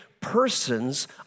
persons